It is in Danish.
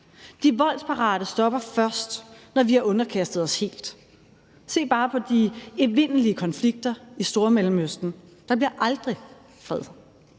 De voldsparate stopper først, når vi har underkastet os helt. Se bare på de evindelige konflikter i Stormellemøsten. Der bliver aldrig fred,